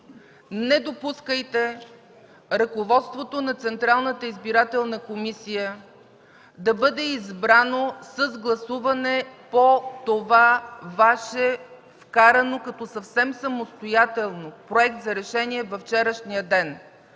не допускайте ръководството на Централната избирателна комисия да бъде избрано с гласуване по това Ваше вкарано като съвсем самостоятелен Проект за решение във вчерашния ден,